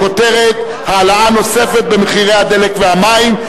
בכותרת: העלאה נוספת של מחירי הדלק והמים,